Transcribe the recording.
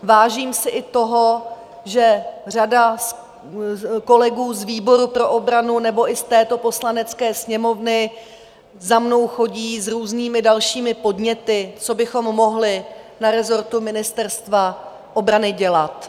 Vážím si i toho, že řada kolegů z výboru pro obranu nebo i z této Poslanecké sněmovny za mnou chodí s různými dalšími podněty, co bychom mohli na rezortu Ministerstva obrany dělat.